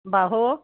বাহু